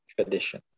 tradition